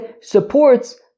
supports